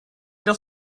das